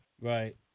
Right